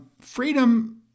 freedom